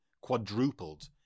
quadrupled